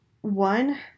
one